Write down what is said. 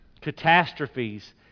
catastrophes